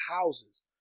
houses